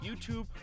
youtube